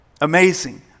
Amazing